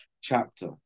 chapter